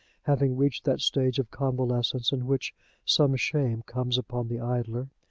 having reached that stage of convalescence in which some shame comes upon the idler.